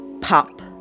pop